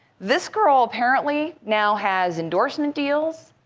this girl apparently now has endorsement deals,